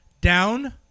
Down